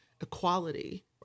equality